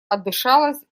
отдышалась